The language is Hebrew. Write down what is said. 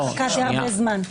אני מחכה די הרבה זמן.